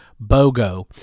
BOGO